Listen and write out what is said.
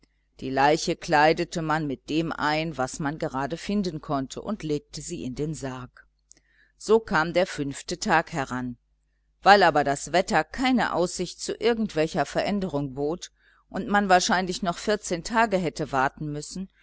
die leiche kleidete man mit dem ein was man gerade finden konnte und legte sie in den sarg so kam der fünfte tag heran weil aber das wetter keine aussicht zu irgendwelcher veränderung bot und man wahrscheinlich noch vierzehn tage hätte warten müssen